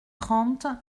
trente